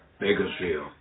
Bakersfield